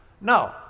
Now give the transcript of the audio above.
No